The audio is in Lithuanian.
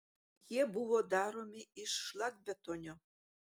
jie buvo daromi iš šlakbetonio